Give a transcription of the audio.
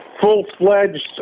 full-fledged